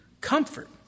Comfort